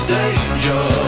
danger